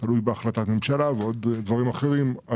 וזה תלוי בהחלטת ממשלה ובדברים אחרים,